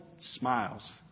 smiles